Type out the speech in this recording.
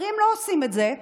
השרים לא עושים את זה.